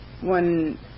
One